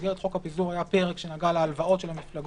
במסגרת חוק הפיזור היה פרק שנגע להלוואות של המפלגות,